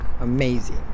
Amazing